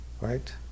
right